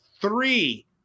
three